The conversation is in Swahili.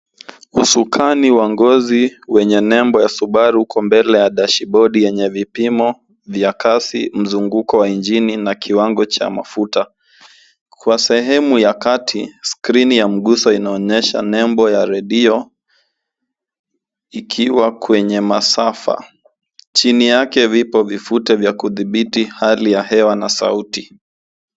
Usukani wa ngozi wenye nembo ya Subaru uko mbele ya dashibodi yenye vipimo vya kasi, mzunguko wa injini na kiwango cha mafuta. Kwa sehemu ya kati, skrini ya mguso inaonyesha nembo ya redio ikiwa kwenye masafa. Chini yake vipo vifute vya kudhibiti hali ya hewa na sauti.